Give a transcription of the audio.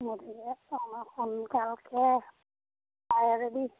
গতিকে আমাৰ সোনকালকে পাৰে যদি